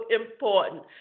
important